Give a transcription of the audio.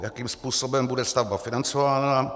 Jakým způsobem bude stavba financována?